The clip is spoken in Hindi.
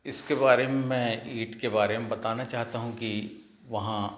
इसके बारे में मैं ईट के बारे में बताना चाहता हूँ कि वहाँ